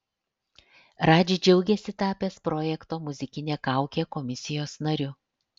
radži džiaugiasi tapęs projekto muzikinė kaukė komisijos nariu